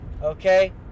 Okay